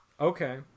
Okay